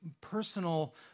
personal